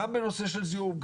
גם בנושא של זיהום,